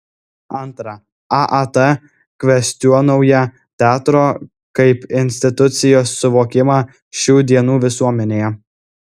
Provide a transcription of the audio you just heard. antra aat kvestionuoja teatro kaip institucijos suvokimą šių dienų visuomenėje